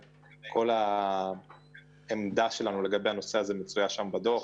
כל העמדה שלנו לגבי הנושא הזה מצויה שם בדוח.